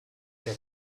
der